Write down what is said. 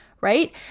right